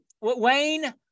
Wayne